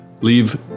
leave